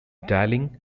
dialing